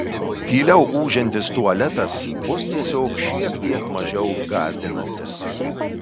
tyliau ūžiantis tualetas bus tiesiog šiek tiek mažiau gąsdinantis